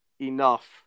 enough